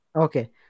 Okay